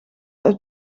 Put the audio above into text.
uit